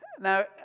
Now